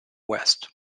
west